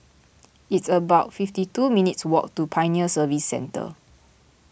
it's about fifty two minutes' walk to Pioneer Service Centre